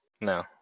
no